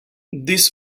this